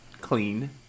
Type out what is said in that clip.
clean